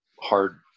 hard